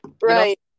Right